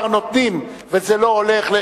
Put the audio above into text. אם בסופו של דבר זה לא הולך,